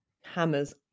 hammers